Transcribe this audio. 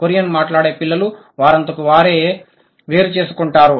Korean మాట్లాడే పిల్లలు వారంతకు వారే వేరు చేసుకుంటారు